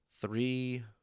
three